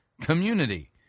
community